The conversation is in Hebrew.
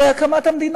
הרי הקמת המדינה